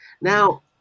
Now